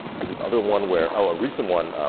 and this other one where, oh, a recent one.